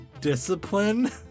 discipline